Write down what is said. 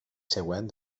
següent